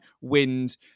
wind